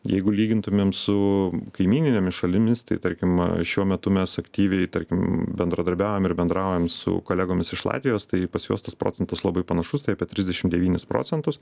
jeigu lygintumėm su kaimyninėmis šalimis tai tarkim šiuo metu mes aktyviai tarkim bendradarbiaujam ir bendraujam su kolegomis iš latvijos tai pas juos tas procentas labai panašus tai apie trisdešim devynis procentus